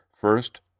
First